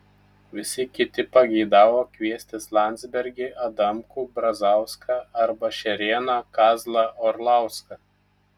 visi kiti pageidavo kviestis landsbergį adamkų brazauską arba šerėną kazlą orlauską